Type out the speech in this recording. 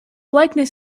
likeness